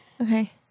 Okay